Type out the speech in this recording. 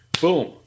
Boom